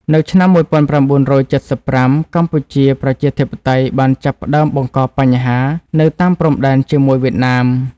នៅឆ្នាំ ១៩៧៥ កម្ពុជាប្រជាធិបតេយ្យបានចាប់ផ្តើមបង្កបញ្ហានៅតាមព្រំដែនជាមួយវៀតណាម។